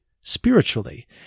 spiritually